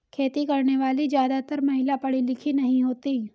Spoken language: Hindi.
खेती करने वाली ज्यादातर महिला पढ़ी लिखी नहीं होती